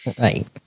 Right